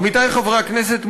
עמיתי חברי הכנסת,